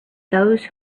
those